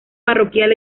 parroquial